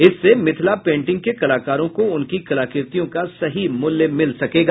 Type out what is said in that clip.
इससे मिथिला पेंटिंग के कलाकारों को उनकी कलाकृतियों का सही मूल्य मिल सकेगा